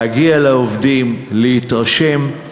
להגיע לעובדים, להתרשם,